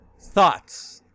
Thoughts